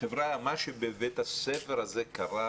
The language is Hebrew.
מה שבבית הספר הזה קרה,